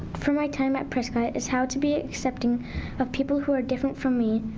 from my time at prescott is how to be accepting of people who are different from me.